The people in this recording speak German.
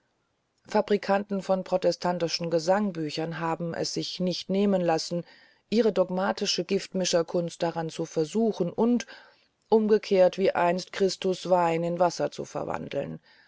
fabrikanten von protestantischen gesangbüchern haben es sich nicht nehmen lassen ihre dogmatische giftmischerkunst daran zu versuchen und umgekehrt wie einst christus wein in wasser zu verwandeln